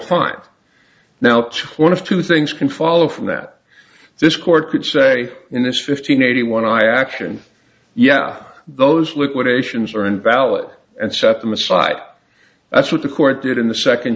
one of two things can follow from that this court could say in this fifteen eighty one i action yeah those liquidations are invalid and set them aside that's what the court did in the second